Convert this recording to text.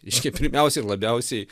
reiškia pirmiausia ir labiausiai